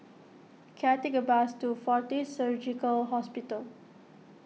can I take a bus to fortis Surgical Hospital